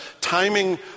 timing